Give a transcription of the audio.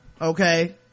okay